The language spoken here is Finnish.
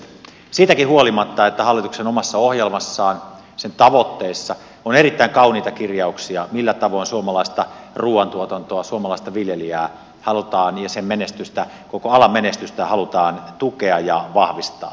siitäkin huolimatta että hallituksen omassa ohjelmassa sen tavoitteissa on erittäin kauniita kirjauksia millä tavoin suomalaista ruuantuotantoa suomalaista viljelijää ja koko alan menestystä halutaan tukea ja vahvistaa